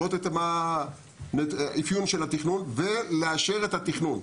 את האפיון שלו ולאשר את התכנון.